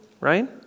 right